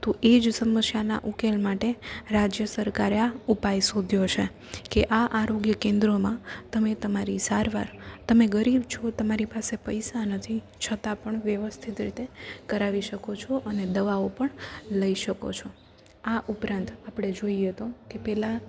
તો એ જ સમસ્યાના ઉકેલ માટે રાજ્ય સરકારે આ ઉપાય શોધ્યો છે કે આ આરોગ્ય કેન્દ્રોમાં તમે તમારી સારવાર તમે ગરીબ છો તમારી પાસે પૈસા નથી છતાં પણ વ્યવસ્થીત રીતે કરાવી શકો છો અને દવાઓ પણ લઈ શકો છો આ ઉપરાંત આપણે જોઈએ તો પેલા